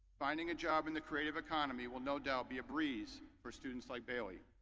finding a job in the creative economy will no doubt be a breeze for students like bailey.